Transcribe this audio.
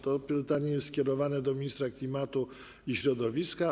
To pytanie jest skierowane do ministra klimatu i środowiska.